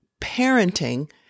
parenting